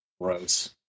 Gross